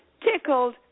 tickled